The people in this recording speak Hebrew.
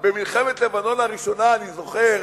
במלחמת לבנון הראשונה, אני זוכר,